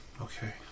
Okay